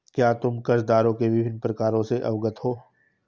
क्या तुम कर्जदारों के विभिन्न प्रकारों से अवगत हो?